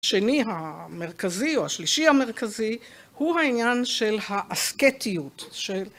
השני המרכזי, או השלישי המרכזי, הוא העניין של האסקטיות.